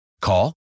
Call